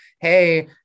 hey